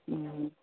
हं